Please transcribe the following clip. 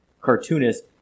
cartoonist